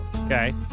Okay